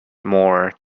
more